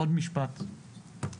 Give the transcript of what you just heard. עוד משפט,